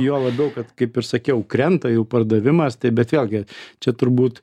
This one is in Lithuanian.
juo labiau kad kaip ir sakiau krenta jų pardavimas tai bet vėlgi čia turbūt